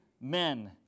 men